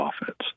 offense